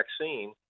vaccine